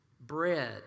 Bread